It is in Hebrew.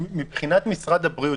מבחינת משרד הבריאות,